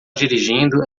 dirigindo